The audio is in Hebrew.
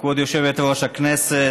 כבוד יושבת-ראש הוועדה,